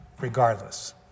regardless